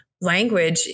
language